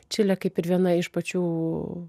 čilė kaip ir viena iš pačių